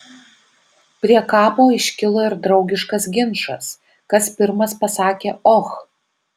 prie kapo iškilo ir draugiškas ginčas kas pirmas pasakė och